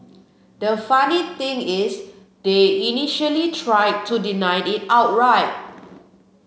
the funny thing is they initially tried to deny it outright